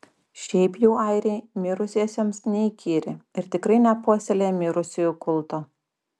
šiaip jau airiai mirusiesiems neįkyri ir tikrai nepuoselėja mirusiųjų kulto